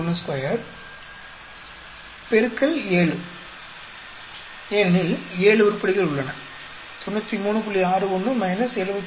712 7 X ஏனெனில் 7 உருப்படிகள் உள்ளன 93